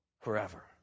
forever